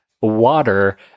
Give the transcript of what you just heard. water